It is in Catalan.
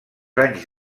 anys